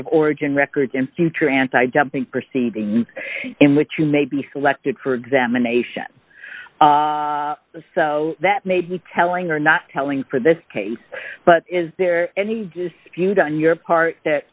of origin records in future anti dumping proceedings in which you may be selected for examination so that may be telling or not telling for this case but is there any dispute on your part that